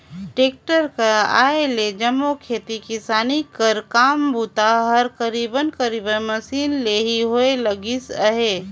tractor कर आए ले जम्मो खेती किसानी कर काम बूता हर करीब करीब मसीन ले ही होए लगिस अहे